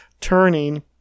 turning